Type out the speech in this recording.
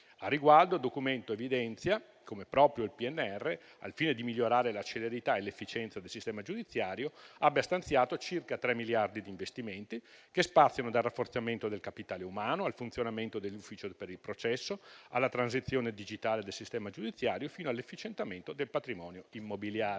Al riguardo, il Documento evidenzia come proprio il Programma nazionale di riforma (PNR), al fine di migliorare la celerità e l'efficienza del sistema giudiziario, abbia stanziato circa 3 miliardi di investimenti che spaziano dal rafforzamento del capitale umano al funzionamento dell'ufficio per il processo alla transizione digitale del sistema giudiziario, fino all'efficientamento del patrimonio immobiliare.